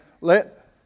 let